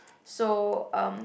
so um